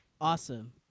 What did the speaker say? Awesome